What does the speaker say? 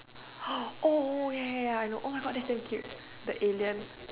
oh oh ya ya ya ya I know oh my god that's damn cute the alien